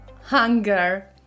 hunger